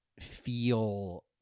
feel